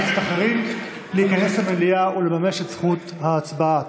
כנסת אחרים להיכנס למליאה ולממש את זכות ההצבעה.